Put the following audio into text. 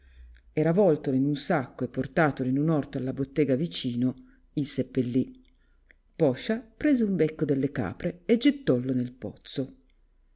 e ravoltolo in un sacco e portatolo in un orto alla bottega vicino il sepelli poscia prese un becco delle capre e gettollo nel pozzo